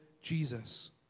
Jesus